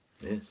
Yes